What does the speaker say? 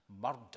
Murder